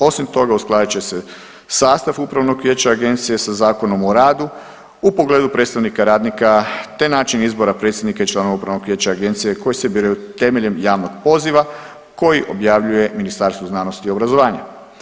Osim toga, uskladit će se sastav Upravnog vijeća Agencije sa Zakonom o radu u pogledu predstavnika radnika, te način izbora predsjednika i članova Upravnog vijeća Agencije koji se biraju temeljem javnog poziva koji objavljuje Ministarstvo znanosti i obrazovanja.